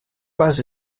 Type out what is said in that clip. pas